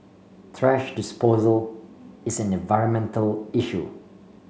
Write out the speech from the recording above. thrash disposal is an environmental issue